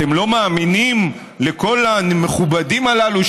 אתם לא מאמינים לכל המכובדים הללו,